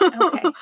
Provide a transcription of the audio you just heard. Okay